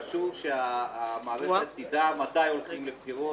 חשוב שהמערכת תדע מתי הולכים לבחירות